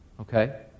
Okay